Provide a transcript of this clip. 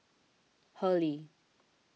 Hurley